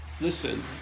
Listen